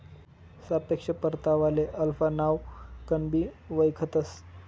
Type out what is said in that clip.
सापेक्ष परतावाले अल्फा नावकनबी वयखतंस